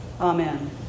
Amen